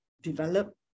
develop